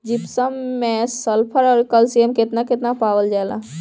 Gypsum मैं sulphur औरी calcium कितना कितना पावल जाला?